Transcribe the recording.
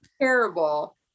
terrible